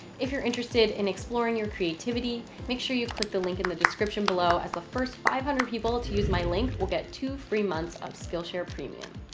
if you're interested in exploring your creativity, make sure you click the link in the description below as the first five hundred people people to use my link, we'll get two free months of skillshare premium.